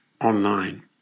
online